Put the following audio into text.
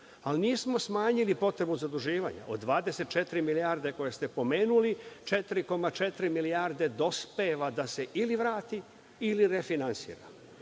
ali nismo smanjili potrebu zaduživanja, od 24 milijarde koje ste pomenuli - 4,4 milijarde dospeva da se ili vrati, ili refinansira. Svako